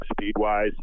speed-wise